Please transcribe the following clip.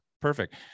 Perfect